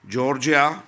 Georgia